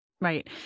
Right